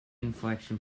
inflection